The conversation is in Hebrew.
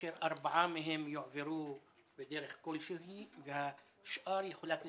כאשר ארבעה מיליון שקלים יועברו בדרך כלשהי והשאר יחולק לשנתיים.